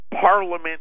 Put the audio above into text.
Parliament